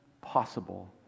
possible